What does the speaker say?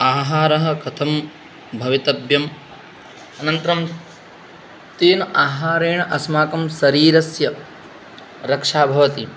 आहारः कथं भवितव्यम् अनन्तरं तेन आहारेण आस्माकं शरीरस्य रक्षा भवति